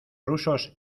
rusos